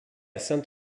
saint